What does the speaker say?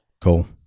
Cool